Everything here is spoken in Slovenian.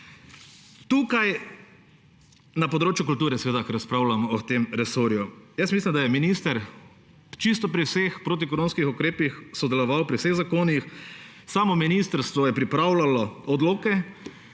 na področju kulture, ker razpravljam o tem resorju. Jaz mislim, da je minister čisto pri vseh protikoronskih ukrepih sodeloval, pri vseh zakonih. Samo ministrstvo je pripravljalo odloke